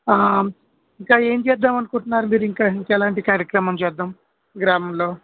ఆ ఇంకా ఏం చేద్దామనుకుంటున్నారు మీరు ఇంకా ఇంకా ఎలాంటి కార్యక్రమం చేద్దాం గ్రామంలో